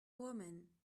woman